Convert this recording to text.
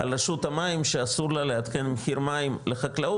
על רשות המים שאסור לה לעדכן מחיר מים לחקלאות,